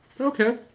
okay